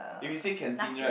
if you say canteen right